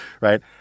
Right